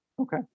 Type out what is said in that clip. Okay